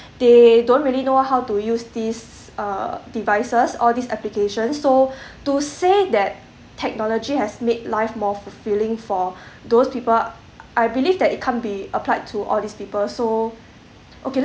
they don't really know how to use these uh devices all these applications so to say that technology has made life more fulfilling for those people I believe that it can't be applied to all these people so okay